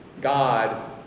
God